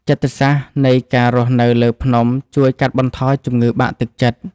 ចិត្តសាស្ត្រនៃការរស់នៅលើភ្នំជួយកាត់បន្ថយជំងឺបាក់ទឹកចិត្ត។